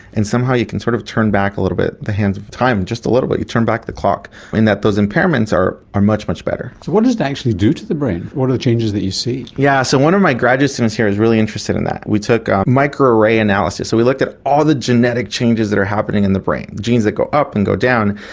and somehow you can sort of turn back a little bit the hands of time just a little bit, you turn back the clock in that those impairments are are much, much better. so what does it actually do to the brain, what are the changes that you see? yeah so one of my graduate students here is really interested in that. we took micro-array analysis, so we looked at all the genetic changes that are happening in the brain, genes that go up and go down,